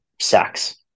sex